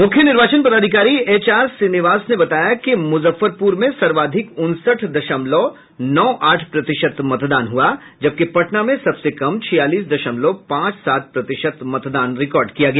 मुख्य निर्वाचन पदाधिकारी एच आर श्रीनिवास ने बताया कि मुजफ्फरपुर में सर्वाधिक उनसठ दशमलव नौ आठ प्रतिशत मतदान हुआ जबकि पटना में सबसे कम छियालीस दशमलव पांच सात प्रतिशत मतदान रिकॉर्ड किया गया